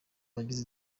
bagize